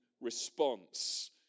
response